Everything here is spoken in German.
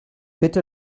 bitte